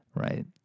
right